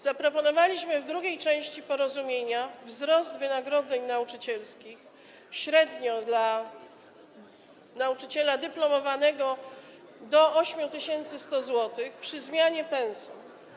Zaproponowaliśmy w drugiej części porozumienia wzrost wynagrodzeń nauczycielskich, średnio dla nauczyciela dyplomowanego do 8100 zł przy zmianie pensum.